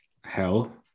hell